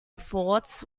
thoughts